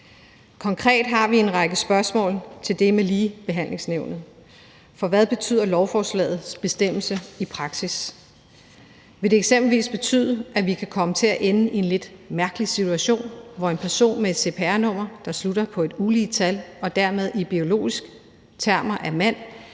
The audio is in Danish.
Konkret har vi en række spørgsmål til det med Ligebehandlingsnævnet, for hvad betyder lovforslagets bestemmelse i praksis? Vil det eksempelvis betyde, at vi kan komme til at ende i en lidt mærkelig situation, hvor en person med et cpr-nummer., der slutter på et ulige tal og dermed i biologisk forstand er mand,